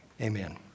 amen